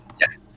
Yes